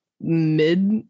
mid